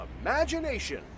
Imagination